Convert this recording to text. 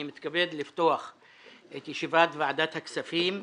אני מתכבד לפתוח את ישיבת ועדת הכספים.